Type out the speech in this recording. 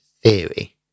theory